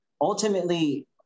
ultimately